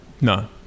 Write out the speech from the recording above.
no